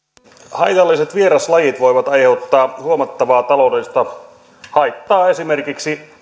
haitalliset vieraslajit voivat aiheuttaa huomattavaa taloudellista haittaa esimerkiksi